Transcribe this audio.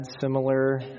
similar